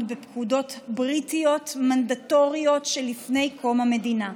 בפקודות בריטיות מנדטוריות שלפני קום המדינה.